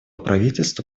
правительства